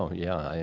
yeah.